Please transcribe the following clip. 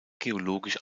geologisch